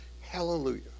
Hallelujah